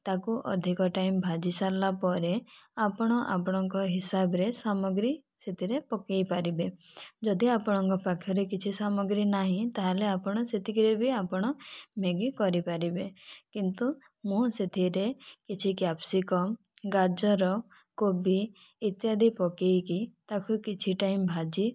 ତାକୁ ଅଧିକ ଟାଇମ୍ ଭାଜି ସରିଲା ପରେ ଆପଣ ଆପଣଙ୍କ ହିସାବରେ ସାମଗ୍ରୀ ସେଥିରେ ପକାଇପାରିବେ ଯଦି ଆପଣଙ୍କ ପାଖରେ କିଛି ସାମଗ୍ରୀ ନାହିଁ ତା'ହେଲେ ଆପଣ ସେତିକିରେ ବି ଆପଣ ମ୍ୟାଗି କରିପାରିବେ କିନ୍ତୁ ମୁଁ ସେଥିରେ କିଛି କ୍ୟାପ୍ସିକମ୍ ଗାଜର କୋବି ଇତ୍ୟାଦି ପକାଇକି ତାକୁ କିଛି ଟାଇମ୍ ଭାଜି